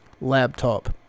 laptop